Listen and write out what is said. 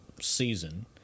season